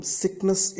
sickness